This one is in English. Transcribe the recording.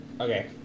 Okay